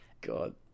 God